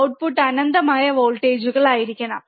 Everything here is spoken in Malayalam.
ഔട്ട്പുട്ട് അനന്തമായ വോൾട്ടേജുകളായിരിക്കണം